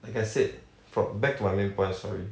like I said back to my main point sorry